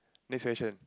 next question